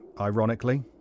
ironically